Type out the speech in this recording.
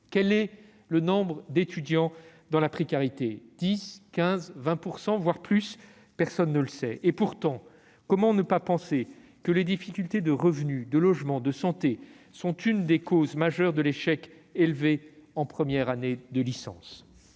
Quel est le nombre d'étudiants dans la précarité : 10 %, 15 %, 20 %, plus ? Personne ne le sait. Pourtant, comment ne pas penser que les difficultés de revenu, de logement, de santé sont l'une des causes majeures de l'échec élevé en première année de licence ?